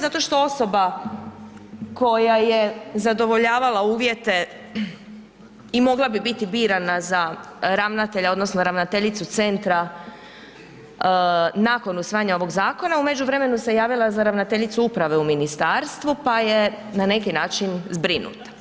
Zato što osoba koja je osoba koja je zadovoljavala uvjete i mogla bi biti birana za ravnatelja odnosno ravnateljicu centra nakon usvajanja ovog zakona, u međuvremenu se javila za ravnateljicu uprave u ministarstvu pa je na neki način zbrinuta.